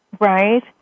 right